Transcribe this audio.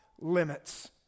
limits